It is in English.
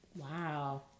Wow